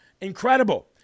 Incredible